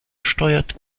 steuert